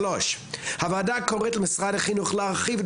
3. הוועדה קוראת למשרד החינוך להרחיב את